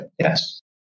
Yes